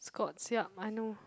Scotts yup I know